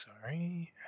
Sorry